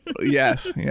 Yes